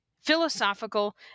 philosophical